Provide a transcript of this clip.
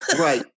Right